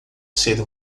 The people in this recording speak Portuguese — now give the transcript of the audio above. ser